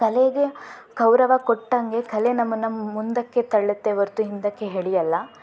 ಕಲೆಗೆ ಗೌರವ ಕೊಟ್ಟಂಗೆ ಕಲೆ ನಮ್ಮನ್ನು ಮುಂದಕ್ಕೆ ತಳ್ಳುತ್ತೆ ಹೊರ್ತು ಹಿಂದಕ್ಕೆ ಎಳಿಯಲ್ಲ